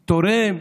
תורם,